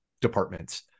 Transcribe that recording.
departments